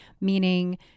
meaning